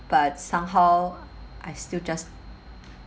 but somehow I still just